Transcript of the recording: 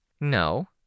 No